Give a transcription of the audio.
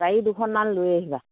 দুখনমান লৈ আহিবা